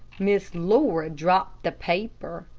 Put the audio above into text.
miss laura dropped the paper.